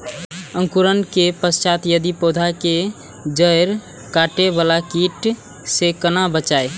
अंकुरण के पश्चात यदि पोधा के जैड़ काटे बाला कीट से कोना बचाया?